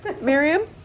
Miriam